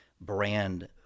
brand